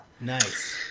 Nice